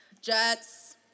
Jets